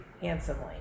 handsomely